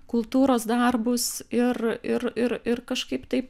kultūros darbus ir ir ir ir kažkaip taip